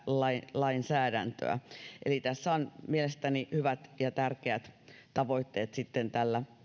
lainsäädäntöä eli tällä lailla on mielestäni hyvät ja tärkeät tavoitteet sitä kautta säätelymallin